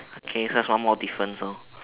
okay just one more difference lor